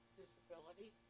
disability